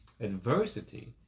Adversity